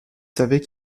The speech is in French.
savait